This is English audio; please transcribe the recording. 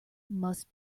must